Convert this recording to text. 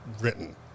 written